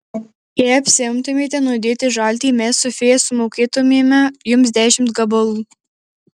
jei apsiimtumėte nudėti žaltį mes su fėja sumokėtumėme jums dešimt gabalų